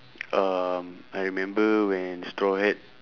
um I remember when straw hat